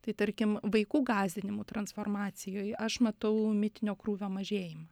tai tarkim vaikų gąsdinimų transformacijoj aš matau mitinio krūvio mažėjimą